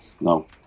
no